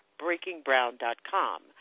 BreakingBrown.com